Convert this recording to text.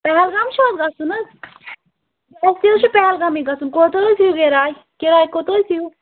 پہلگام چھُو حظ گَژھُن حظ اسہِ تہِ حظ چھُ پہلگامٕے گَژھُن کوتاہ حظ چھِ کِراے کِراے کوتاہ حظ دِیِو